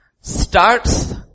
starts